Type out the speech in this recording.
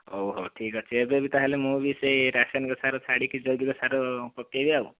ଓ ହେଉ ଠିକ୍ ଅଛି ଏବେ ବି ତା'ହେଲେ ମୁଁ ବି ସେ ରାସାୟନିକ ସାର ଛାଡ଼ିକି ଜୈବିକ ସାର ପକେଇବି ଆଉ